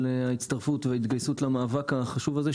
על ההצטרפות וההתגייסות למאבק החשוב הזה,